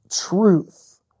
truth